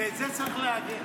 את זה צריך לעגן.